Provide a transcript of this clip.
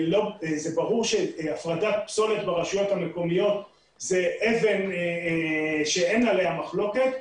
הפרדת פסולת ברשויות המקומיות, אין עליה מחלוקת.